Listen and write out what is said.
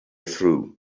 through